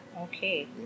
okay